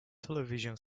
television